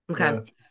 Okay